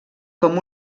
com